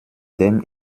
dem